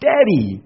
Daddy